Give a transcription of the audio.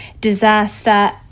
disaster